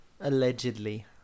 Allegedly